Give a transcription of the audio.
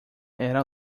era